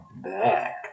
back